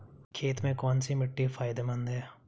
खेती में कौनसी मिट्टी फायदेमंद है?